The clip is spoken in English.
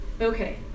Okay